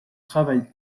travaille